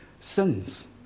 sins